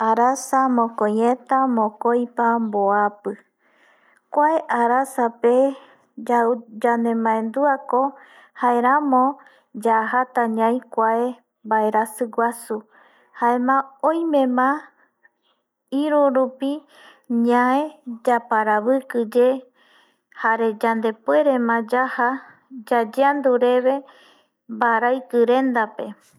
Arasa mokoieta mokoipa mbuapi kua arasa pe yande mandua ko jaeramo yajata ñai kua vaerasi guasu jaema oime ma irurupi ñai yaparaviki ye jare yandepuere ma yaja yayandu reve baraiki renda pe